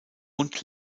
und